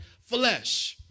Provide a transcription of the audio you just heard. flesh